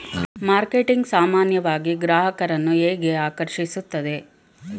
Marketing ಸಾಮಾನ್ಯವಾಗಿ ಗ್ರಾಹಕರನ್ನು ಹೇಗೆ ಆಕರ್ಷಿಸುತ್ತದೆ?